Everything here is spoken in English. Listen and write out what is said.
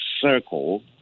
Circle